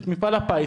את מפעל הפיס,